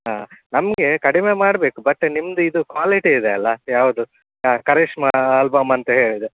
ಹಾಂ ನಮಗೆ ಕಡಿಮೆ ಮಾಡಬೇಕು ಬಟ್ ನಿಮ್ಮದು ಇದು ಕ್ವಾಲಿಟಿ ಇದೆ ಅಲ್ವ ಯಾವುದು ಕರೀಶ್ಮಾ ಆಲ್ಬಮ್ ಅಂತ ಹೇಳಿ ಇದೆ